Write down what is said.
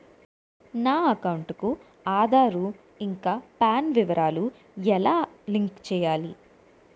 నా అకౌంట్ కు ఆధార్, పాన్ వివరాలు లంకె ఎలా చేయాలి?